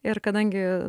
ir kadangi